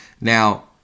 Now